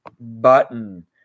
button